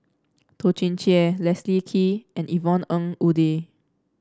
Toh Chin Chye Leslie Kee and Yvonne Ng Uhde